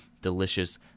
delicious